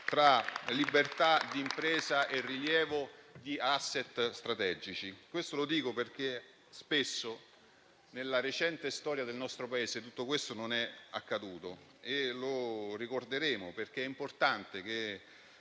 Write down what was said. tra libertà di impresa e rilievo di *asset* strategici. Questo lo dico perché spesso, nella recente storia del nostro Paese, tutto questo non è accaduto e lo ricorderemo perché è importante che,